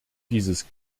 dieses